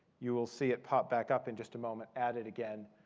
you will see it pop back up in just a moment, added again.